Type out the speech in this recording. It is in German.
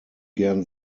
gern